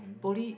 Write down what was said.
poly